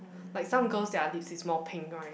like some girls their lips is more pink right